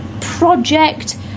Project